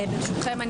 ברשותכם,